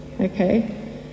Okay